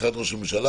כמשרד ראש הממשלה,